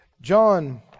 John